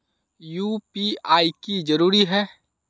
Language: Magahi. यु.पी.आई की जरूरी है?